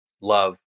Love